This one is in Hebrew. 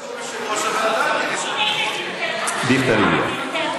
מקום יושב-ראש הוועדה, דיכטר הגיע.